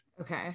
Okay